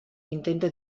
intenta